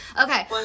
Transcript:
okay